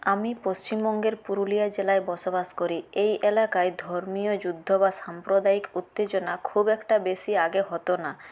আমি পশ্চিমবঙ্গের পুরুলিয়া জেলায় বসবাস করি এই এলাকায় ধর্মীয় যুদ্ধ বা সাম্প্রদায়িক উত্তেজনা খুব একটা বেশি আগে হতো না